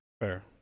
Fair